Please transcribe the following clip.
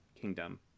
Kingdom